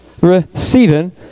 Receiving